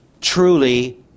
truly